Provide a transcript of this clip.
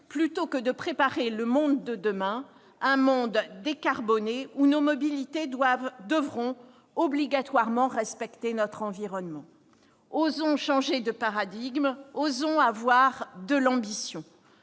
plutôt que de préparer le monde de demain, un monde décarboné dans lequel nos mobilités devront obligatoirement respecter notre environnement. Osons changer de paradigme ! Osons avoir de l'ambition